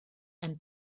and